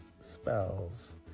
Spells